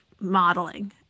modeling